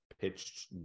pitched